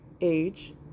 age